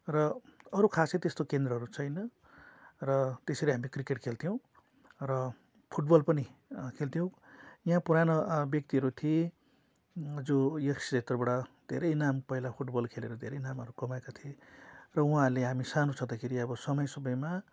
र अरू खासै त्यस्तो केन्द्रहरू छैन र त्यसरी हामी क्रिकेट खेल्थ्यौँ र फुटबल पनि खेल्थ्यौँ यहाँ पुरानो व्यक्तिहरू थिए जो यस क्षेत्रबाट धेरै नाम पहिला फुटबल खेलेर धेरै नामहरू कमाएका थिए र उहाँहरूले हामी सानो छँदाखेरि अब समय समयमा